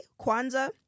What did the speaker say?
Kwanzaa